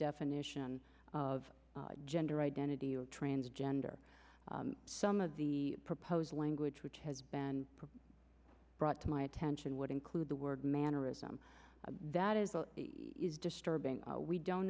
definition of gender identity or transgender some of the proposed language which has been brought to my attention would include the word mannerism that is disturbing we don't